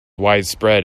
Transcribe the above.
widespread